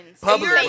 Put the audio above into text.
public